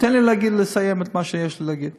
אבל תן לי לסיים את מה שיש לי להגיד.